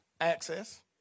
Access